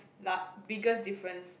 la~ biggest difference